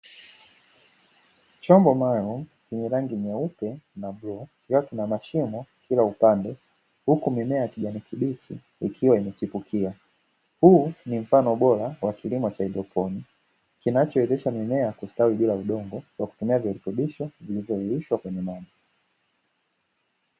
Chombo maalimu chenye rangi nyeupe na bluu na mashimo kila upande, huku mimea ya kijani kibichi ikiwa imechipukia, huu ni mfano bora wa kilimo kinachowezesha mimea kustawi bila udongo wa kutumiavyorekebisho kwenye maji.